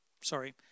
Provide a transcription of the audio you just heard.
Sorry